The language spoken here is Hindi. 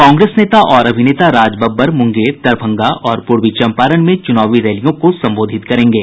कांग्रेस नेता और अभिनेता राज बब्बर मुंगेर दरभंगा और पूर्वी चंपारण में चुनावी रैलियों को संबोधित करेंगे